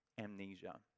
amnesia